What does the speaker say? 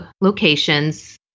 locations